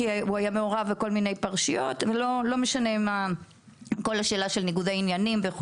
כי הוא היה מעורב בכל מיני פרשיות ועלתה גם שאלה של ניגוד עניינים.